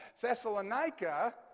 Thessalonica